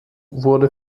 wurde